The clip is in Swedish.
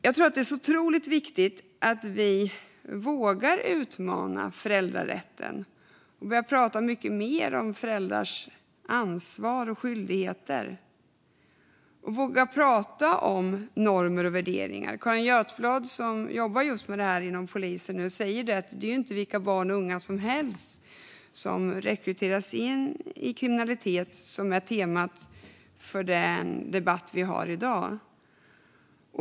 Jag tror att det är otroligt viktigt att våga utmana föräldrarätten, börja prata mycket mer om föräldrars ansvar och skyldigheter och våga prata om normer och värderingar. Carin Götblad, som jobbar med detta inom polisen, säger att det inte är vilka barn och unga som helst som rekryteras in i kriminalitet, vilket är temat för den debatt vi har i dag.